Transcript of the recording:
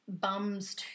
bums